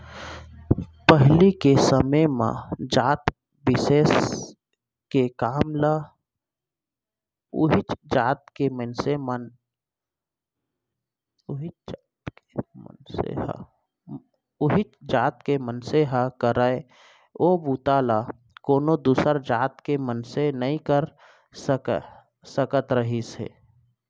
पहिली के समे म जात बिसेस के काम ल उहींच जात के मनसे ह करय ओ बूता ल कोनो दूसर जात के मनसे नइ कर सकत रिहिस हे